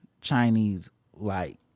Chinese-like